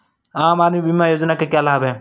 आम आदमी बीमा योजना के क्या लाभ हैं?